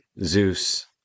Zeus